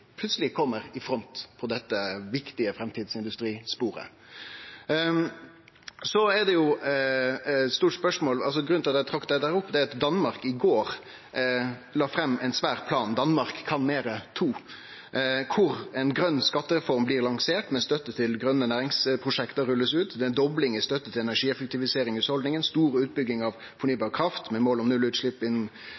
plutseleg kjem i front på dette viktige framtidsindustrisporet. Grunnen til at eg tok opp dette, er at Danmark i går la fram ein svær plan, Danmark kan meir 2, der ei grøn skattereform med støtte til grøne næringsprosjekt blir lansert og rulla ut. Det er ei dobling i støtte til energieffektivisering i hushalda, stor utbygging av